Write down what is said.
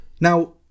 Now